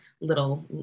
little